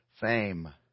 fame